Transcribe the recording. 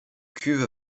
cuve